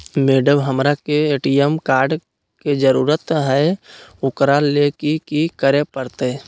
Madam, हमरा के A T M card के जरूरत है ऊकरा ले की की करे परते?